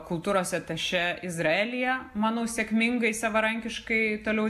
kultūros atašė izraelyje manau sėkmingai savarankiškai toliau